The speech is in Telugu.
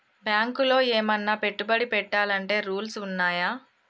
బ్యాంకులో ఏమన్నా పెట్టుబడి పెట్టాలంటే రూల్స్ ఉన్నయా?